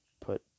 put